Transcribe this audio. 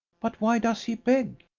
but why does he beg?